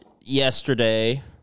Yesterday